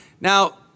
Now